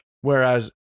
whereas